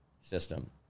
system